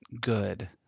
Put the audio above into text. good